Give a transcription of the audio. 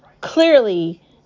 clearly